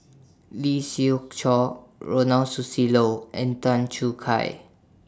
Lee Siew Choh Ronald Susilo and Tan Choo Kai